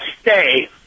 stay